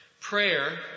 prayer